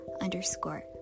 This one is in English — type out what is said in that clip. underscore